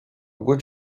wood